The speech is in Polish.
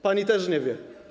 Pani też nie wie.